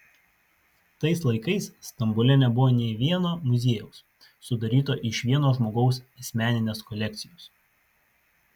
tais laikais stambule nebuvo nė vieno muziejaus sudaryto iš vieno žmogaus asmeninės kolekcijos